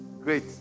Great